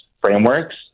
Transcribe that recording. frameworks